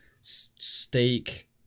steak